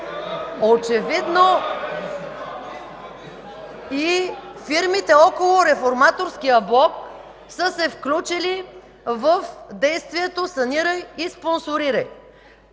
очевидно и фирмите около Реформаторския блок са се включили в действието „Санирай и спонсорирай”.